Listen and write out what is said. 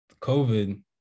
COVID